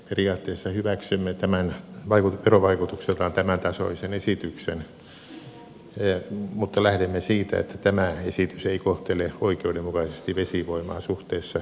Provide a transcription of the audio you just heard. periaatteessa hyväksynyt tämän vaimo tero vaikutukseltaan hyväksymme verovaikutuksiltaan tämäntasoisen esityksen mutta lähdemme siitä että tämä esitys ei kohtele oikeudenmukaisesti vesivoimaa suhteessa ydinvoimaan